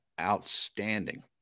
outstanding